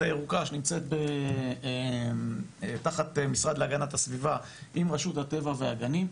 הירוקה שנמצאת תחת המשרד להגנת הסביבה עם רשות הטבע והגנים,